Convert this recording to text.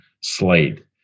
slate